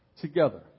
Together